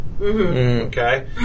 okay